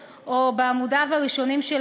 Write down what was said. אין כל מרשם מסודר של